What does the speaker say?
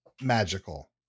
Magical